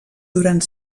durant